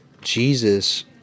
Jesus